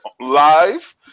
live